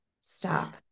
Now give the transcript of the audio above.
Stop